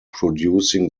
producing